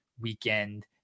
weekend